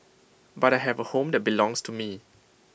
but I have A home that belongs to me